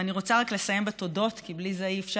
ואני רוצה רק לסיים בתודות, כי בלי זה אי-אפשר.